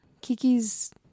Kiki's